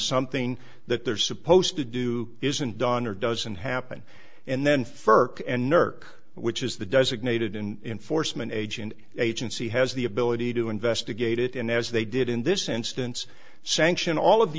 something that they're supposed to do isn't done or doesn't happen and then ferk and nerk which is the designated in foresman agent agency has the ability to investigate it and as they did in this instance sanction all of the